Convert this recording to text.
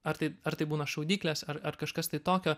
ar tai ar tai būna šaudyklės ar ar kažkas tai tokio